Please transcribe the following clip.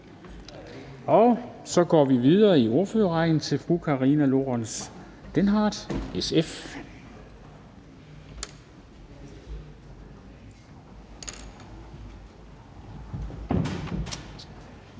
Og så går vi videre i ordførerrækken til fru Karina Lorentzen Dehnhardt, SF.